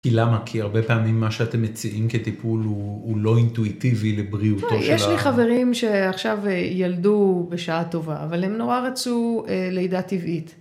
כי למה? כי הרבה פעמים מה שאתם מציעים כטיפול הוא לא אינטואיטיבי לבריאותו של האחרון. יש לי חברים שעכשיו ילדו בשעה טובה, אבל הם נורא רצו לידה טבעית.